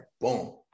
boom